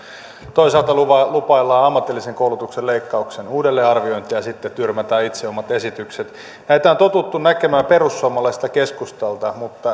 toisaalta lupaillaan ammatillisen koulutuksen leikkauksen uudelleenarviointia ja sitten tyrmätään itse omat esitykset näitä on totuttu näkemään perussuomalaisilta ja keskustalta mutta